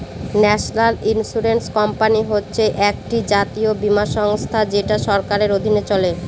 national insurance company হচ্ছে একটি জাতীয় বীমা সংস্থা যেটা সরকারের অধীনে চলে